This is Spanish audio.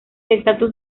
estatus